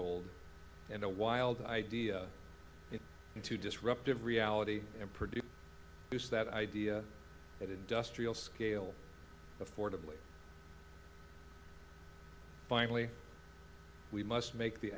old and a wild idea into disruptive reality and produce this that idea at industrial scale affordably finally we must make the